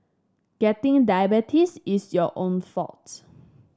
getting diabetes is your own fault